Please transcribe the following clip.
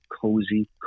cozy